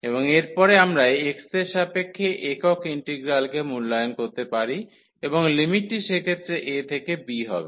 এবং এরপরে আমরা x এর সাপেক্ষে একক ইন্টিগ্রালকে মূল্যায়ন করতে পারি এবং লিমিটটি সেক্ষেত্রে a থেকে b হবে